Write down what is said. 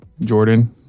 Jordan